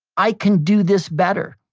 i can do this better,